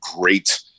great